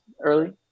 early